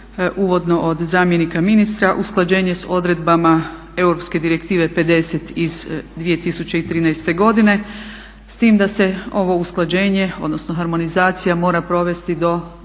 uvodno od zamjenika ministra usklađenje sa odredbama europske direktive 50 iz 2013. godine, s tim da se ovo usklađenje, odnosno harmonizacija mora provesti do